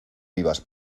vivas